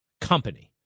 Company